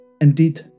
Indeed